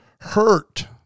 Hurt